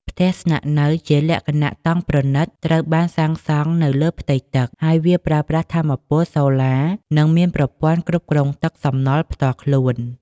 ផ្ទះស្នាក់នៅជាលក្ខណៈតង់ប្រណីតត្រូវបានសាងសង់នៅលើផ្ទៃទឹក ហើយវាប្រើប្រាស់ថាមពលសូឡា និងមានប្រព័ន្ធគ្រប់គ្រងទឹកសំណល់ផ្ទាល់ខ្លួន។